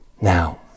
Now